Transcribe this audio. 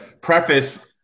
preface